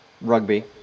Rugby